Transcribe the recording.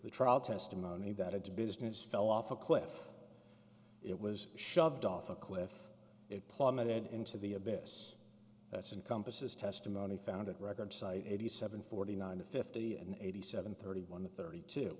the trial testimony that its business fell off a cliff it was shoved off a cliff it plummeted into the abyss that's in compass is testimony found at record site eighty seven forty nine fifty and eighty seven thirty one thirty two